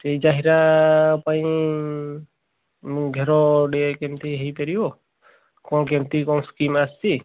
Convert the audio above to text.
ସେହି ଚାହିଦା ପାଇଁ ମୁଁ ଘେର ଡିହ କେମିତି ହୋଇପାରିବ କ'ଣ କେମିତି କ'ଣ ସ୍କିମ୍ ଆସିଛି